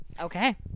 okay